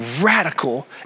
radical